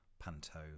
panto